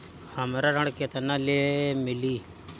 हमरा ऋण केतना ले मिली?